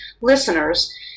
listeners